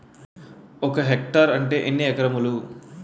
ఒక హెక్టార్ అంటే ఎన్ని ఏకరములు?